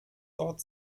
dort